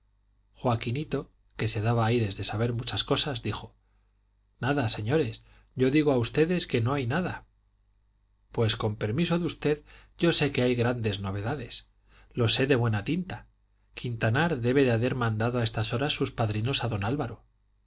joaquinito que se daba aires de saber muchas cosas dijo nada señores yo digo a ustedes que no hay nada pues con permiso de usted yo sé que hay grandes novedades lo sé de buena tinta quintanar debe de haber mandado a estas horas sus padrinos a don álvaro